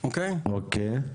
ב-2018.